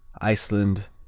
Iceland